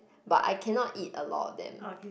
but I cannot eat a lot of them